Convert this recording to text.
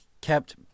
kept